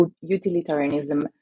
utilitarianism